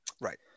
Right